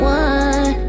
one